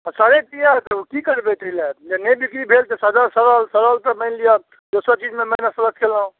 सड़ैत किएक हेतै कि करबै ताहि लऽ जे नहि बिक्री भेल तऽ सड़ल सड़ल तऽ मानि लिअ दोसर चीजमे माइनस प्लस केलहुँ